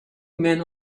men